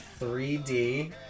3D